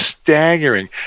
staggering